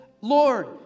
Lord